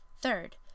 Third